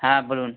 হ্যাঁ বলুন